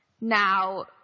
Now